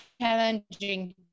challenging